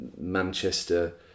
Manchester